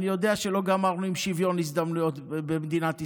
אני יודע שלא גמרנו עם שוויון הזדמנויות במדינת ישראל,